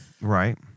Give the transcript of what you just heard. Right